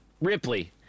Ripley